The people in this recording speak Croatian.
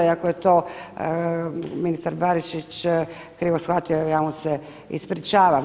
I ako je to ministar Barišić krivo shvatio, evo ja mu se ispričavam.